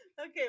Okay